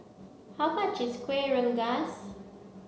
how much is Kueh Rengas